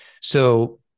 So-